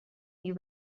you